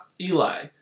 Eli